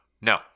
no